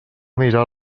mirar